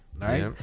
right